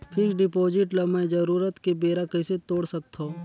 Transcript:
Fixed deposit ल मैं जरूरत के बेरा कइसे तोड़ सकथव?